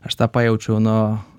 aš tą pajaučiau nuo